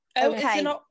Okay